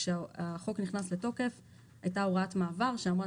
כאשר החוק נכנס לתוקף הייתה הוראת מעבר שאמרה